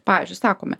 pavyzdžiui sakome